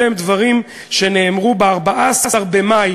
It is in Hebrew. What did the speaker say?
אלה הם דברים שנאמרו ב-14 במאי